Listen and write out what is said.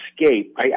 escape